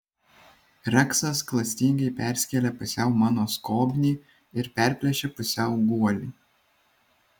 reksas klastingai perskėlė pusiau mano skobnį ir perplėšė pusiau guolį